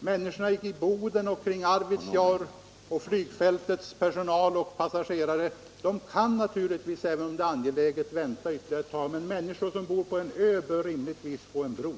Projekten i Boden, Arvidsjaur och Kallax kan — även om de är angelägna — skjutas framåt i tiden ytterligare ett tag, men de människor som bor på en ö bör rimligtvis snarast få en bro.